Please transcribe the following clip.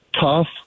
tough